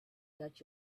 that